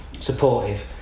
Supportive